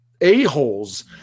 a-holes